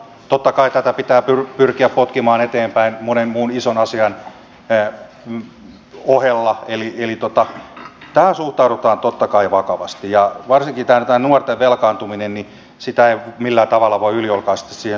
totta kai tätä pitää pyrkiä potkimaan eteenpäin monen muun ison asian ohella eli tähän suhtaudutaan totta kai vakavasti ja varsinkaan tähän nuorten velkaantumiseen ei millään tavalla voi yliolkaisesti suhtautua